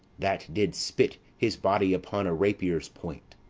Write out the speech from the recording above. that did spit his body upon a rapier's point.